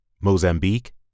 Mozambique